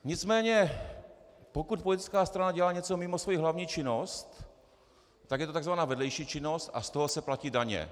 Nicméně pokud politická strana dělá něco mimo svoji hlavní činnost, tak je to tzv. vedlejší činnost a z toho se platí daně.